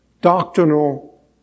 doctrinal